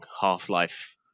Half-Life